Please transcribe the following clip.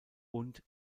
und